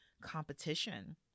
competition